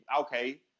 okay